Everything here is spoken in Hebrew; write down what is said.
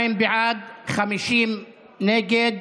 42 בעד, 50 נגד,